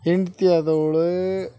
ಹೆಂಡತಿ ಆದವ್ಳು